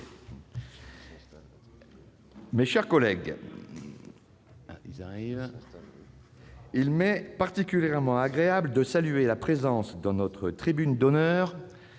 Mes chers collègues, il m'est particulièrement agréable de saluer la présence, dans notre tribune d'honneur,